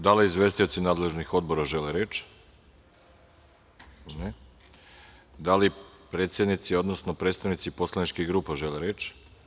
Da li izvestioci nadležnih odbora žele reč? (Ne.) Da li predsednici, odnosno predstavnici poslaničkih grupa žele reč?